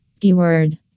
Keyword